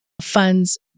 funds